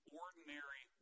ordinary